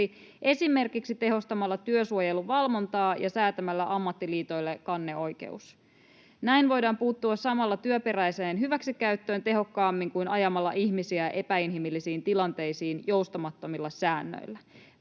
esimerkiksi tehostamalla työsuojeluvalvontaa ja säätämällä ammattiliitoille kanneoikeus. Näin voidaan samalla puuttua työperäiseen hyväksikäyttöön tehokkaammin kuin ajamalla ihmisiä epäinhimillisiin tilanteisiin joustamattomilla säännöillä.